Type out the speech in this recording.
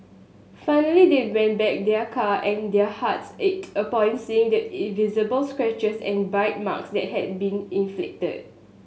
finally they went back their car and their hearts ached upon seeing the visible scratches and bite marks that had been inflicted